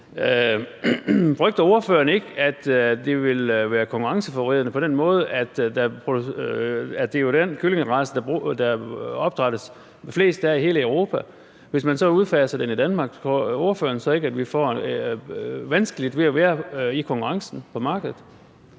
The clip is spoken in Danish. Frygter ordføreren ikke, at det vil være konkurrenceforvridende på den måde, at det jo er den kyllingerace, der opdrættes flest af i hele Europa? Hvis man så udfaser den i Danmark, tror ordføreren så ikke, at vi får vanskeligt ved at være i konkurrencen på markedet?